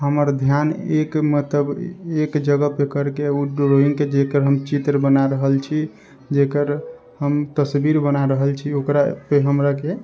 हमर ध्यान एक मतलब एक जगहपर करके उ ड्रॉइंगके जकर हम चित्र बना रहल छी जकर हम तस्वीर बना रहल छी ओकरापर हमराके